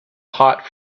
hot